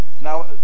Now